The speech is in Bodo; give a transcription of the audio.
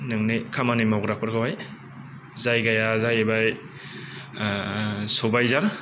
नोंनि खामानि मावग्राफोरखौहाय जायगाया जाहैबाय सबायझार